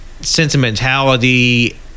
sentimentality